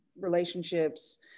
relationships